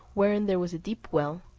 wherein there was a deep well,